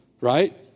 right